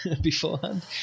beforehand